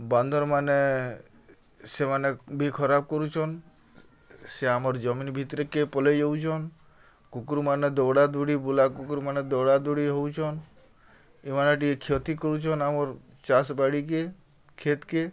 ବାନ୍ଦର୍ମାନେ ସେମାନେ ବି ଖରାପ୍ କରୁଛନ୍ ସେ ଆମର୍ ଜମିନ୍ ଭିତର୍କେ ପଲେଇ ଯାଉଛନ୍ କୁକୁର୍ମାନେ ଦୌଡ଼ାଦୌଡ଼ି ବୁଲା କୁକୁର୍ମାନେ ଦୌଡ଼ାଦୌଡ଼ି ହେଉଛନ୍ ଇମାନେ ଟିକେ କ୍ଷତି କରୁଛନ୍ ଆମର୍ ଚାଷବାଡ଼ିକେ କ୍ଷେତ୍କେ